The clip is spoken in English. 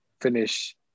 finish